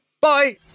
Bye